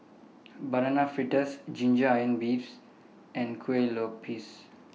Banana Fritters Ginger Onions beefs and Kuih Lopes